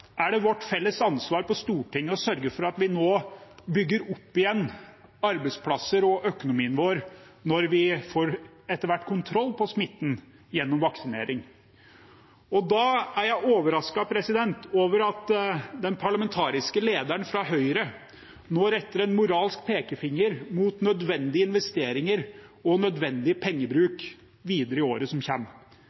er det vårt felles ansvar på Stortinget å sørge for at vi nå bygger opp igjen arbeidsplasser og økonomien vår, når vi etter hvert får kontroll på smitten gjennom vaksinering. Da er jeg overrasket over at den parlamentariske lederen fra Høyre nå retter en moralsk pekefinger mot nødvendige investeringer og nødvendig pengebruk videre i året som